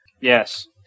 Yes